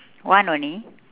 one only